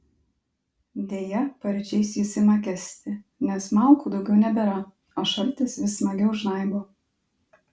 deja paryčiais jis ima gesti nes malkų daugiau nebėra o šaltis vis smagiau žnaibo